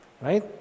right